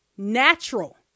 natural